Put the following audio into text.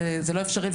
זה לא אפשרי,